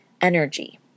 energy